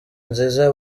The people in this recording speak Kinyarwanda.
nziza